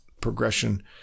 progression